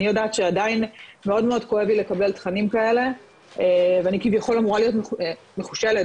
אני יודעת שעדיין מאוד כואב לי תכנים כאלה ואני כביכול אמורה להיות מחושלת